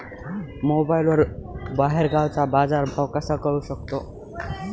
मोबाईलवर बाहेरगावचा बाजारभाव कसा कळू शकतो?